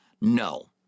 No